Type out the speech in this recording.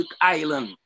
island